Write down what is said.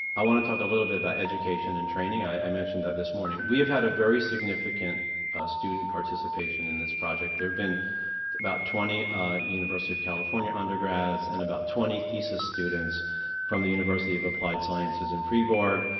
i want to talk a little bit about education and training. i mentioned that this morning. we have had a very significant student participation in this project. there have been about twenty university of california undergrads and about twenty thesis students from the university of applied sciences in fribourg,